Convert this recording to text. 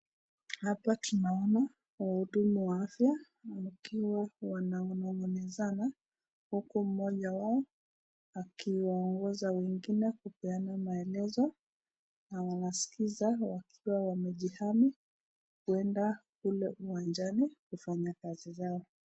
Hapa tunaona wahudumu wa afya, wakiwa wananong'onezana huku mmoja wao akiwaongoza wengine kupeana maelezo na wanaskiza wakiwa wamejihami kuenda mle uwanjani kufanya kazi zao.